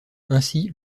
ainsi